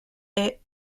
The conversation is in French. est